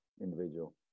individual